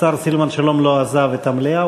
השר סילבן שלום לא עזב את המליאה,